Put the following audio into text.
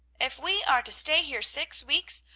if we are to stay here six weeks,